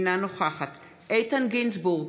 אינה נוכחת איתן גינזבורג,